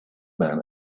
man